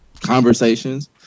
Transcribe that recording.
conversations